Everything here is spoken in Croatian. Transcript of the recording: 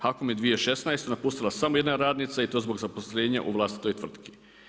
HAKOM je u 2016. napustila samo jedna radnica i to zbog zaposlenja u vlastitoj tvrtki.